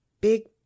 big